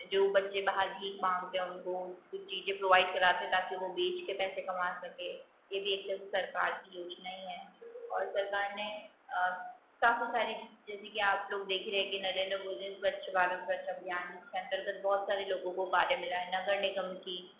जो बच्चे बाहर भीक मांगते उनको कुछ चीज़ें प्रोवाइड कराते हैं ताकि वो बेचके पैसे कमा सके ये भी एक तरह से सरकार की योजना ही है और सरकार ने काफ़ी सारी जिस जैसे कि आप लोग देख ही रहें कि नरेंद्र मोदी ने स्वछ भारत स्वच्छ अभियान जिसके अंतर्गत बहुत सारे लोगों को पानी मिला है नगर निगम की